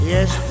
Yes